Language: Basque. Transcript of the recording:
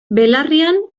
belarrian